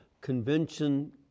Convention